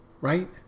Right